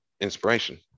inspiration